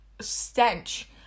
stench